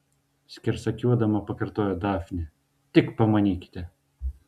skersakiuodama pakartojo dafnė tik pamanykite